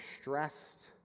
stressed